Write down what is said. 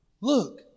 look